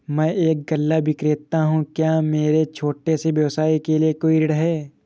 मैं एक गल्ला विक्रेता हूँ क्या मेरे छोटे से व्यवसाय के लिए कोई ऋण है?